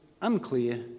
unclear